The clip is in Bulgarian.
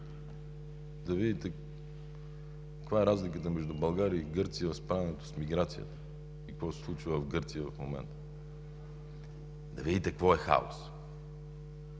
да видите каква е разликата между България и Гърция в справянето с миграцията и какво се случва в Гърция в момента. Да видите какво е хаос.